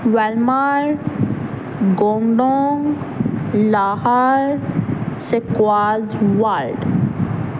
ਵੈਲਮਾਰ ਗੋਂਗਡੋਨ ਲਾਹਾ ਸਕੁਆਜ ਵਲਡ